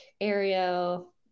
Ariel